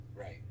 Right